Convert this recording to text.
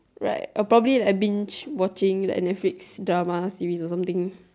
right I'll probably like binge watching netflix drama series or something